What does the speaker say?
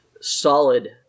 solid